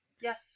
Yes